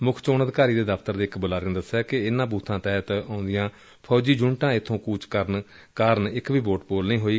ਮੁੱਖ ਚੋਣ ਅਧਿਕਾਰੀ ਦਫ਼ਤਰ ਦੇ ਇਕ ਬੁਲਾਰੇ ਨੇ ਦਸਿਆ ਕਿ ਇਨਾਂ ਬੁਥਾਂ ਤਹਿਤ ਆਊਦੀਆ ਫੌਜੀ ਯੂਨਿਟਾ ਇੱਥੋ ਕੂਚ ਕਰਨ ਕਾਰਨ ਇਕ ਵੀ ਵੋਟ ਪੋਲ ਨਹੀ ਹੋਈ